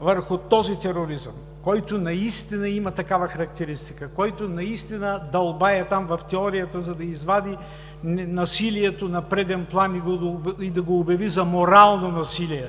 върху този тероризъм, който наистина има такава характеристика, който наистина дълбае там в теорията, за да извади насилието на преден план и да го обяви за морално насилие,